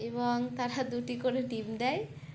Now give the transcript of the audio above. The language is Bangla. এবং তারা দুটি করে ডিম দেয়